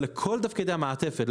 אבל לכל תפקידי המעטפת,